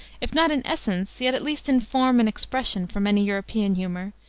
if not in essence, yet at least in form and expression, from any european humor,